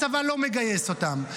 הצבא לא מגייס אותם.